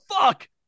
fuck